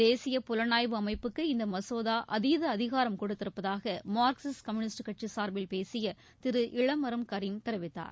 தேசிய புலனாய்வு அமைப்புக்கு இந்த மசோதா அதீத அதிகாரம் கொடுத்திருப்பதாக மார்க்சிஸ்ட் கம்யூனிஸ்ட் கட்சி சார்பில் பேசிய திரு இளமரம் கரீம் தெரிவித்தார்